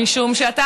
משום שאתה,